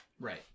Right